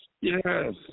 yes